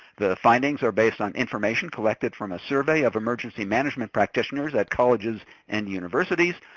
the findings are based on information collected from a survey of emergency management practitioners at colleges and universities,